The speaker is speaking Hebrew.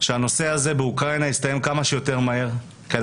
שהנושא הזה באוקראינה יסתיים כמה שיותר מהר כי זה